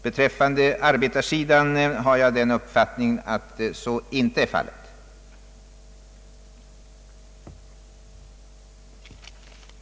Beträffande arbetarsidan har jag uppfattningen att så inte är fallet.